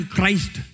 Christ